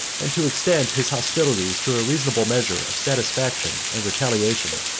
and to extend his hostilities to a reasonable measure of satisfaction and retaliation.